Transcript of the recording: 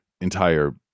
entire